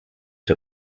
der